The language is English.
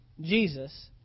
Jesus